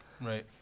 Right